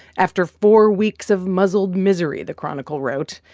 after four weeks of muzzled misery, the chronicle wrote,